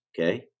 okay